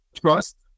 trust